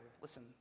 Listen